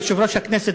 יושב-ראש הכנסת,